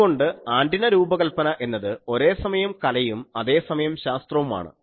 അതുകൊണ്ട് ആൻറിന രൂപകൽപന എന്നത് ഒരേസമയം കലയും അതേസമയം ശാസ്ത്രവുമാണ്